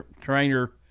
trainer